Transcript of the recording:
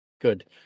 good